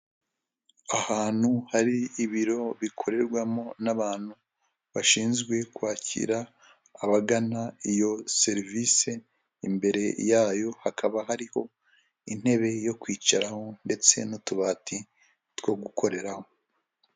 Ahantu hari ibiro bikorerwamo n'abantu bashinzwe kwakira abagana iyo serivisi, imbere yayo hakaba hariho intebe yo kwicaraho, ndetse n'utubati two gukoreraho.